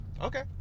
Okay